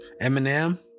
Eminem